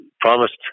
promised